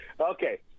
Okay